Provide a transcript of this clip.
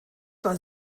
war